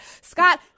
Scott